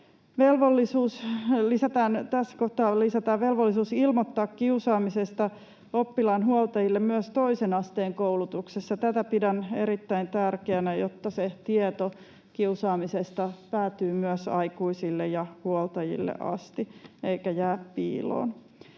Tässä kohtaa lisätään velvollisuus ilmoittaa kiusaamisesta oppilaan huoltajille myös toisen asteen koulutuksessa. Tätä pidän erittäin tärkeänä, jotta se tieto kiusaamisesta päätyy myös aikuisille ja huoltajille asti eikä jää piiloon.